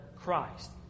Christ